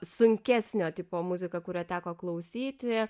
sunkesnio tipo muzika kurią teko klausyti